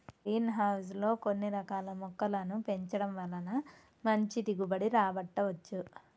green house లో కొన్ని రకాల మొక్కలను పెంచడం వలన మంచి దిగుబడి రాబట్టవచ్చు